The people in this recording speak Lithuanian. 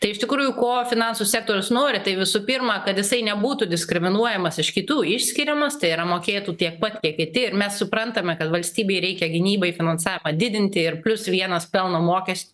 tai iš tikrųjų ko finansų sektorius nori tai visų pirma kad jisai nebūtų diskriminuojamas iš kitų išskiriamas tai yra mokėtų tiek pat kiek kiti ir mes suprantame kad valstybei reikia gynybai finansavimą didinti ir plius vienas pelno mokest